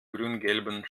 grüngelben